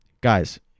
Guys